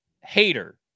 hater